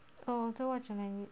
oh so watch your language